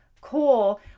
cool